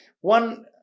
one